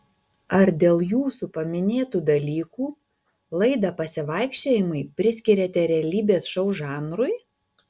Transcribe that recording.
ar dėl jūsų paminėtų dalykų laidą pasivaikščiojimai priskiriate realybės šou žanrui